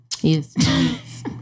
Yes